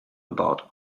about